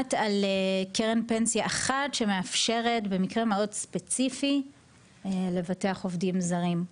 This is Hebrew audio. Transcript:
יודעת על קרן פנסיה אחת שמאפשרת במקרים מאוד ספציפיים לבטח עובדים זרים.